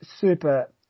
super